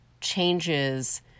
changes